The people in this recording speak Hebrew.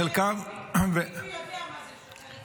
חלקם --- ביבי יודע מה זה לשחרר את סנוואר.